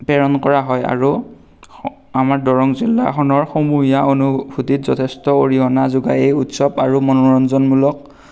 প্ৰেৰণ কৰা হয় আৰু আমাৰ দৰং জিলাখনৰ সমূহীয়া অনুভূতিত যথেষ্ট অৰিহণা যোগায় এই উৎসৱ আৰু মনোৰঞ্জনমূলক